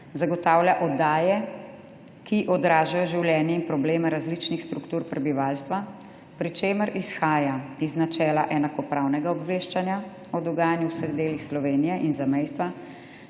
zagotavlja oddaje, ki odražajo življenje in probleme različnih struktur prebivalstva, pri čemer izhaja iz načela enakopravnega obveščanja o dogajanju v vseh delih Slovenije in zamejstva,